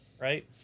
right